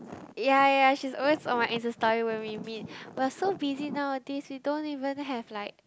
ya ya she is always on my Insta Story when we meet but so busy nowadays you don't even have like